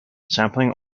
sampling